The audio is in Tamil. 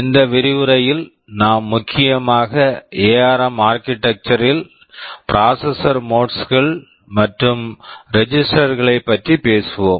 இந்த விரிவுரையில் நாம் முக்கியமாக எஆர்ம் ARM ஆர்க்கிடெக்சர் architecture ல் ப்ராசஸர் மோட்ஸ் processor modes கள் மற்றும் ரெஜிஸ்டர் register களைப் பற்றி பேசுவோம்